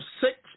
six